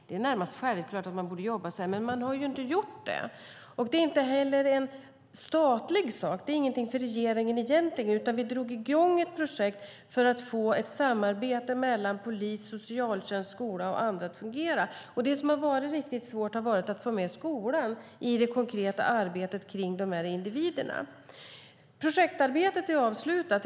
Det är närmast självklart att man borde jobba så här, men man har inte gjort det. Det är inte heller en statlig sak. Det är ingenting för regeringen egentligen, utan vi drog i gång ett projekt för att få samarbetet mellan polis, socialtjänst, skola och andra att fungera. Det som har varit riktigt svårt har varit att få med skolan i det konkreta arbetet kring de här individerna. Projektarbetet är avslutat.